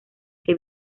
que